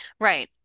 Right